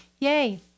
Yay